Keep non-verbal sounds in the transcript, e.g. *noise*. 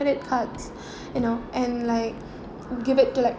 ~edit card *breath* you know and like give it to like